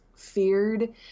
feared